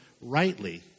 rightly